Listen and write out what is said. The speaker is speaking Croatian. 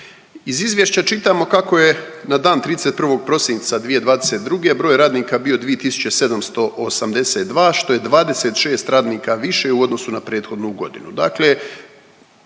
Iz izvješća čitamo kako je na dan 31. prosinca 2022. broj radnika bio 2782, što je 26 radnika više u odnosu na prethodnu godinu.